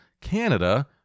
Canada